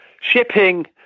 shipping